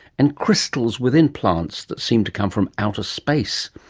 and crystals within plants that seem to come from outer space.